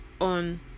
on